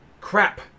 Crap